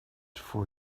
for